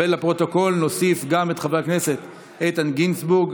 ולפרוטוקול נוסיף גם את חבר הכנסת איתן גינזבורג,